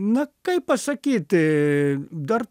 na kaip pasakyti dar